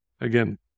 Again